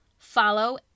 follow